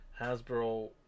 Hasbro